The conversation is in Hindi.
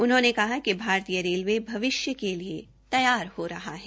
उन्होंने कहा कि भारतीय रेलवे भविष्य के लिए तैयार हो रहा है